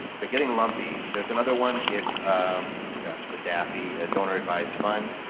they're getting lumpy. there's another one. it's a daffy, a donor advised fund.